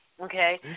okay